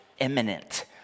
imminent